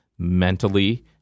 mentally